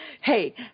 Hey